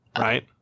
Right